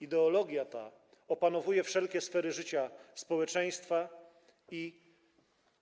Ideologia ta opanowuje wszelkie sfery życia społeczeństwa i